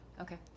okay